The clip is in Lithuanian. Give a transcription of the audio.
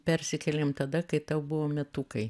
persikėlėm tada kai tau buvo metukai